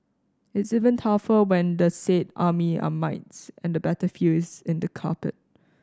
it's even tougher when the said army are mites and the battlefield is in the carpet